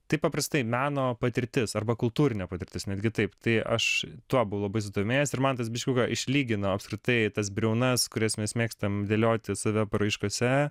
taip paprastai meno patirtis arba kultūrinė patirtis netgi taip tai aš tuo buvau labai susidomėjęs ir man tas biškiuką išlygino apskritai tas briaunas kurias mes mėgstam dėlioti save paraiškose